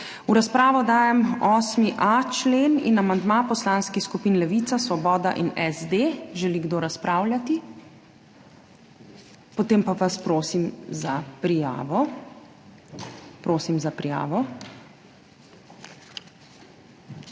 V razpravo dajem 8.a člen in amandma poslanskih skupin Levica, Svoboda in SD. Želi kdo razpravljati? Potem pa vas prosim za prijavo. Dva sta prijavljena